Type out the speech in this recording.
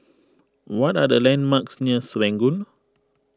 what are the landmarks near Serangoon